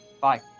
Bye